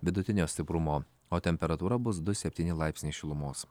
vidutinio stiprumo o temperatūra bus du septyni laipsniai šilumos